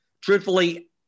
truthfully